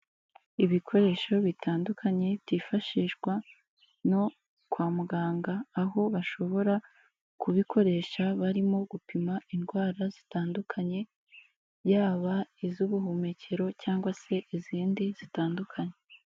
Ibikoresho bitandukanye byifashishwa no kwa muganga, aho bashobora kubikoresha barimo gupima indwara zitandukanye, yaba iz'ubuhumekero cyangwa se izindi zitandukanye.